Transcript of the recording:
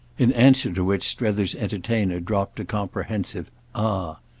in answer to which strether's entertainer dropped a comprehensive ah!